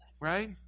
right